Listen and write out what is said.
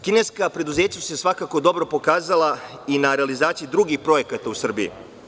Kineska preduzeća su se svakako dobro pokazala i na realizaciji drugih projekata u Srbiji.